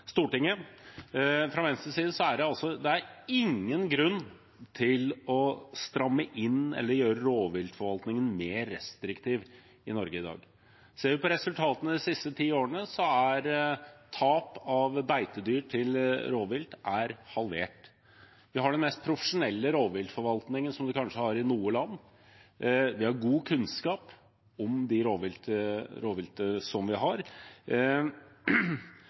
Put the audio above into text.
Stortinget. Fra Venstres side er det ingen grunn til å stramme inn eller gjøre rovviltforvaltningen mer restriktiv i Norge i dag. Ser vi på resultatene de siste ti årene, er tap av beitedyr til rovvilt halvert. Vi har kanskje den mest profesjonelle rovviltforvaltningen i noe land. Vi har god kunnskap om det rovviltet vi har,